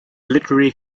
literary